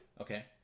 Okay